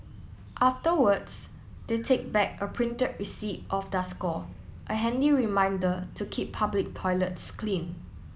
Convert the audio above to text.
afterwards they take back a printed receipt of their score a handy reminder to keep public toilets clean